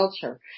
culture